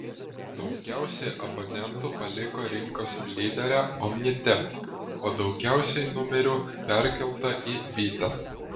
daugiausiai abonentų paliko rinkos lyderę omnitel o daugiausiai numerių perkelta į bitę